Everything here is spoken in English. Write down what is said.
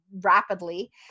rapidly